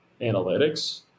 analytics